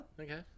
Okay